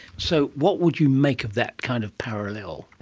so what would you make of that kind of parallel?